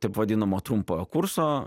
taip vadinamo trumpojo kurso